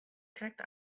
krekt